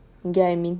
you get what I mean